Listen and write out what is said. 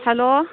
hello